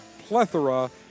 plethora